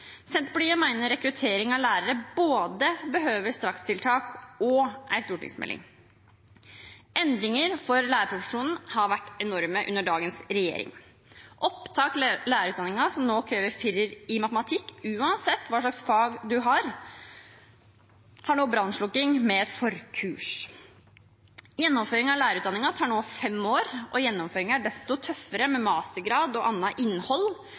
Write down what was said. Senterpartiet mener rekruttering av lærere behøver både strakstiltak og en stortingsmelding. Endringene for lærerprofesjonen har vært enorme under dagens regjering. Opptak til lærerutdanningen, som nå krever en firer i matematikk, uansett hva slags fag man har, har nå brannslukking med et forkurs. Gjennomføring av lærerutdanningen tar nå fem år, og gjennomføringen er desto tøffere, med mastergrad og annet innhold.